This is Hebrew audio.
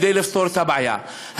כדי לפתור את הבעיה.